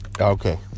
Okay